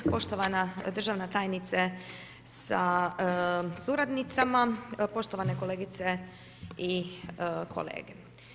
Poštovana državna tajnice sa suradnicama, poštovane kolegice i kolege.